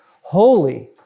holy